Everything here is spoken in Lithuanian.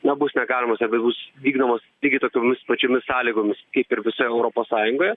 na bus negalimas arba bus vykdomos lygiai tokiomis pačiomis sąlygomis kaip ir visoje europos sąjungoje